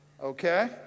Okay